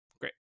great